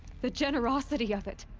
the generosity of it?